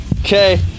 Okay